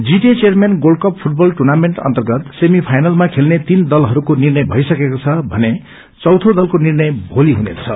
GTA chairman gold cup football tournament अर्न्तगत semi फाइनलमा खेल्ने तीन दलहरूको निर्णय भईसकेको छ अनि चौथो दलको निर्णय भोली हुनेछ